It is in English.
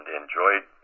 enjoyed